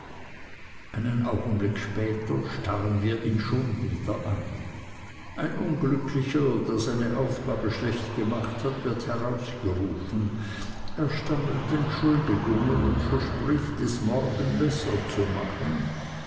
einen augenblick später starren wir ihn schon wieder an ein unglücklicher der seine aufgabe schlecht gemacht hat wird herausgerufen er stammelt entschuldigungen und verspricht es morgen besser zu machen